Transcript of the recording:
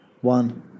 one